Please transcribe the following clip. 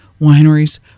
wineries